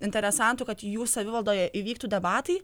interesantų kad jų savivaldoje įvyktų debatai